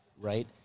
right